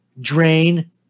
Drain